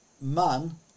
Man